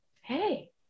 hey